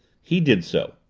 he did so.